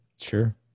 Sure